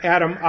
Adam